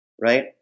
right